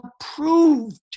approved